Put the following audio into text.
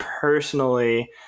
personally